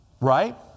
right